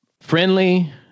Friendly